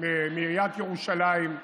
מעיריית ירושלים,